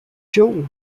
jewel